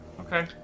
Okay